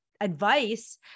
advice